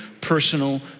personal